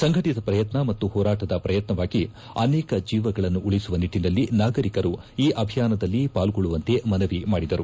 ಸಂಘಟಿತ ಪ್ರಯತ್ನ ಮತ್ತು ಹೋರಾಟದ ಪ್ರಯತ್ನವಾಗಿ ಅನೇಕ ಜೀವಗಳನ್ನು ಉಳಿಸುವ ನಿಟ್ಟನಲ್ಲಿ ನಾಗರೀಕರು ಈ ಅಭಿಯಾನದಲ್ಲಿ ಪಾಲ್ಗೊಳ್ಳುವಂತೆ ಮನವಿ ಮಾಡಿದರು